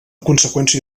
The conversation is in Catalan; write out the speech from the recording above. conseqüència